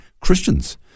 Christians